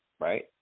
right